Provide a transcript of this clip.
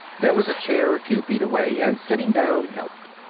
there was a chair a few feet away and sitting down helped.